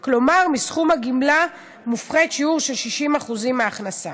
כלומר, מסכום הגמלה מופחת שיעור של 60% מההכנסה.